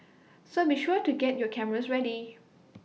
so be sure to get your cameras ready